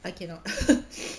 I cannot